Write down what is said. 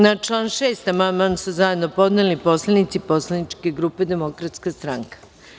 Na član 6. amandman su zajedno podneli poslanici poslaničke grupe Demokratske stranke.